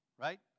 Right